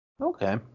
Okay